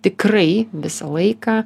tikrai visą laiką